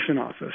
office